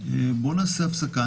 בואו נעשה הפסקה.